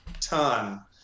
ton